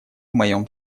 моем